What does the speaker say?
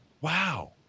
wow